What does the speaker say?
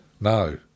No